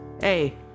Hey